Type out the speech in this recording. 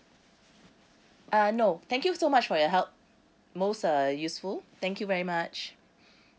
uh no thank you so much for your help most uh useful thank you very much